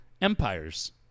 empires